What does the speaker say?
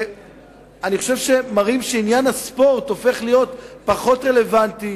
אני חושב שהיא מראה שעניין הספורט הופך להיות פחות רלוונטי,